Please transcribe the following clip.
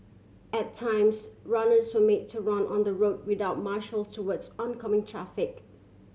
at times runners were made to run on the road without marshal towards oncoming traffic